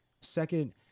Second